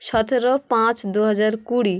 সতেরো পাঁচ দু হাজার কুড়ি